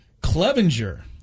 Clevenger